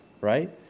right